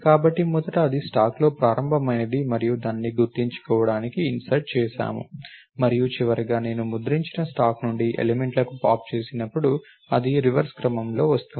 కాబట్టి మొదట అది స్టాక్లో ప్రారంభమైనది మరియు దానిని గుర్తుంచుకోవడానికి ఇన్సర్ట్ చేసాము మరియు చివరగా నేను ముద్రించిన స్టాక్ నుండి ఎలిమెంట్లకు పాప్ చేసినప్పుడు అది రివర్స్ క్రమంలో వస్తోంది